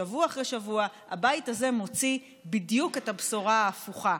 שבוע אחרי שבוע הבית הזה מוציא בדיוק את הבשורה ההפוכה: